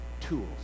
tools